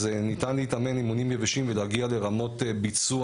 אז ניתן להתאמן באימונים יבשים ולהגיע לרמות ביצוע